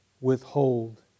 withhold